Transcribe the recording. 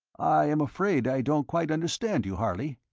i am afraid i don't quite understand you, harley.